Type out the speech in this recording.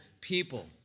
people